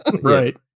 Right